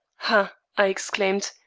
ha! i exclaimed,